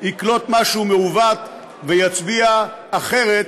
יקלוט משהו מעוות ויצביע אחרת,